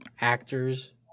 actors